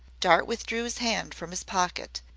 dart withdrew his hand from his pocket,